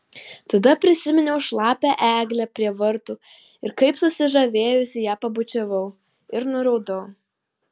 tada prisiminiau šlapią eglę prie vartų ir kaip susižavėjusi ją pabučiavau ir nuraudau